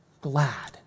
glad